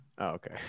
okay